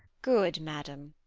good madam,